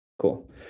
cool